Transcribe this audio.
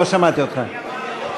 לא שמעתי אותך.